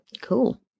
Cool